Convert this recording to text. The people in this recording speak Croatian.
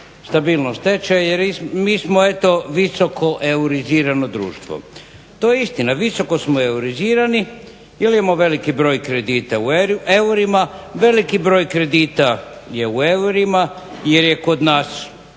stabilnost tečaja jer mi smo visoko eurizirano društvo. To je istina visoko smo eurizirani jer imamo veliki broj kredita u eurima, veliki broj kredita je u eurima jer je kod nas